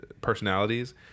personalities